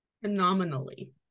phenomenally